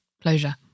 closure